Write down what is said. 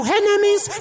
enemies